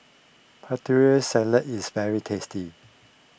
Putri Salad is very tasty